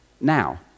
now